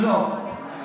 יש